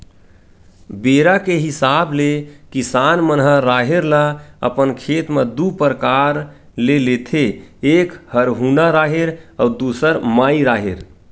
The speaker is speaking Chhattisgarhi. बेरा के हिसाब ले किसान मन ह राहेर ल अपन खेत म दू परकार ले लेथे एक हरहुना राहेर अउ दूसर माई राहेर